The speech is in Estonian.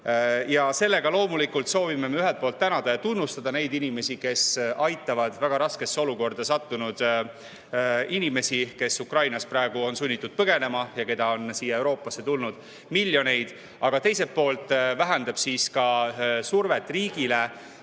Sellega loomulikult soovime me ühelt poolt tänada ja tunnustada neid inimesi, kes aitavad väga raskesse olukorda sattunud inimesi, kes Ukrainast praegu on sunnitud põgenema ja keda on siia Euroopasse tulnud miljoneid, aga teiselt poolt vähendab see ka survet riigile